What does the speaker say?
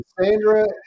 Sandra